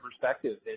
perspective